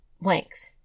length